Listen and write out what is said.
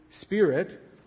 spirit